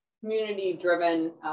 community-driven